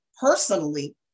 personally